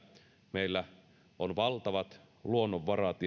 meillä on valtavat luonnonvarat